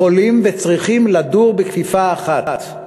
יכולים וצריכים לדור בכפיפה אחת.